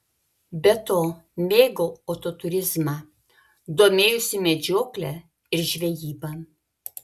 be to mėgau autoturizmą domėjausi medžiokle ir žvejyba